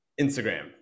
Instagram